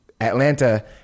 atlanta